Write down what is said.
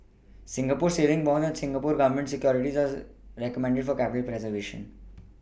Singapore savings bonds and Singapore Government Securities are recommended for capital preservation